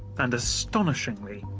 and astonishingly,